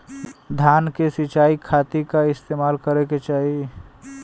धान के सिंचाई खाती का इस्तेमाल करे के चाही?